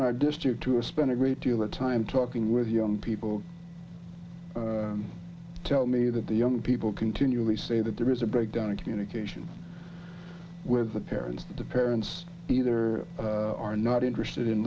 in our district to a spend a great deal of time talking with young people tell the that the young people continually say that there is a breakdown in communication with the parents the parents either are not interested in